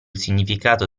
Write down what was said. significato